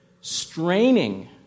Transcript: Straining